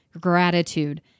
gratitude